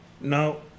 No